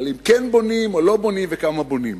על אם כן בונים או לא בונים וכמה בונים,